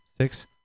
six